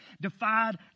defied